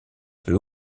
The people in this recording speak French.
peut